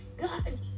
God